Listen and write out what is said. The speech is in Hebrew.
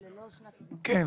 כן,